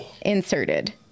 inserted